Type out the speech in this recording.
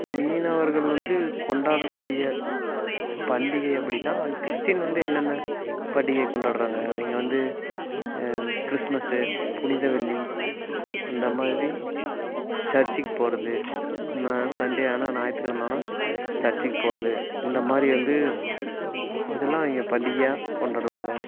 மீனவர்கள் வந்து கொண்டாடக்கூடிய பண்டிகை அப்படினா கிறிஸ்டின் வந்து என்னென்ன பண்டிகை கொண்டாடுகிறாங்க அவங்க வந்து கிறிஸ்மஸ் புனித வெள்ளி அந்த மாதிரி சர்ச்சிக்கு போகிறது அந்த சண்டே ஆனால் ஞாயிற்று கிழம ஆனால் சர்ச்சிக்கு போகிறது இந்த மாதிரி வந்து இதெல்லாம் அவங்க பண்டிகையாக கொண்டாடுவாங்க